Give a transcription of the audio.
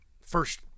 first